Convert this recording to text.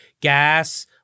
gas